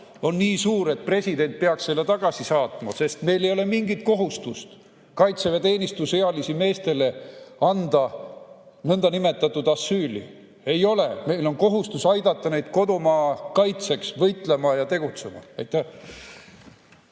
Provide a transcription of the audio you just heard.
on nii suur, et president peaks selle tagasi saatma, sest meil ei ole mingit kohustust kaitseväeteenistusealistele meestele anda nõndanimetatud asüüli. Ei ole! Meil on kohustus aidata neid kodumaa kaitseks võitlema ja tegutsema. Aitäh!